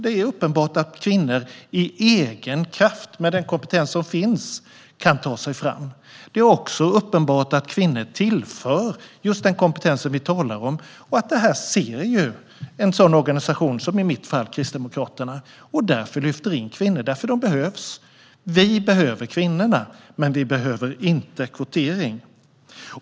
Det är uppenbart att kvinnor kan ta sig fram av egen kraft och med den kompetens som finns. Det är också uppenbart att kvinnor tillför just den kompetens som vi talar om och att en organisation som Kristdemokraterna, i mitt fall, ser detta och därför lyfter in kvinnor. Vi behöver kvinnorna, men vi behöver inte kvotering.